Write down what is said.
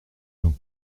bains